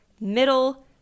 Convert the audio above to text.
middle